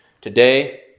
today